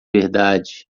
verdade